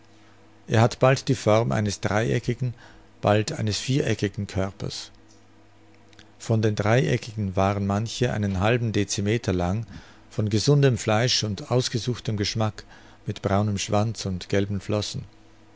er hat bald die form eines dreieckigen bald eines viereckigen körpers von den dreieckigen waren manche einen halben decimeter lang von gesundem fleisch und ausgesuchtem geschmack mit braunem schwanz und gelben flossen